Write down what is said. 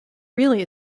really